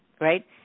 right